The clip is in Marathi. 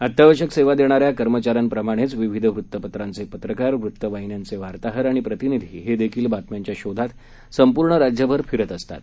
अत्यावश्यक सेवा देणाऱ्या कर्मचाऱ्यांप्रमाणेच विविध वृत्तपत्रांचे पत्रकार वृत्तवाहिन्यांचे वार्ताहर आणि प्रतिनिधी हे देखील बातम्यांच्या शोधात संपूर्ण राज्यभर फिरत असतात